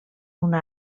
una